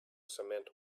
cement